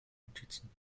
notizen